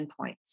endpoints